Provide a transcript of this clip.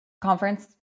conference